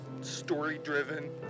story-driven